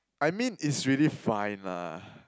I mean is really fine lah